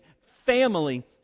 family